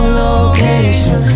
location